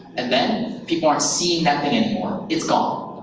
and then people aren't seeing that thing anymore. it's gone.